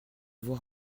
voir